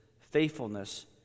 faithfulness